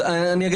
א',